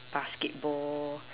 basketball